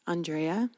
Andrea